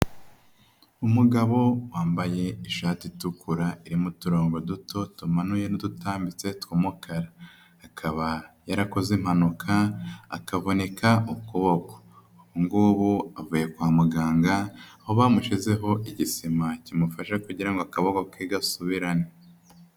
Umugabo wambaye ishati itukura irimo turongo duto tumanuye n'udutambitse tw'umukara, akaba yarakoze impanuka akavunika ukuboko ubungubu avuye kwa muganga aho bamushyizeho igisima kimufasha kugira ngo akaboko ke gasubirane.